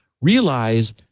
realize